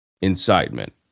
incitement